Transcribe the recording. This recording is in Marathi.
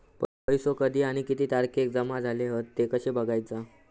पैसो कधी आणि किती तारखेक जमा झाले हत ते कशे बगायचा?